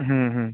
হুম হুম